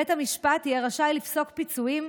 בית המשפט יהיה רשאי לפסוק פיצויים,